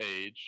age